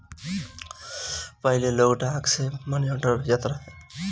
पहिले लोग डाक से मनीआर्डर भेजत रहे